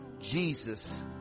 Jesus